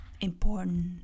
important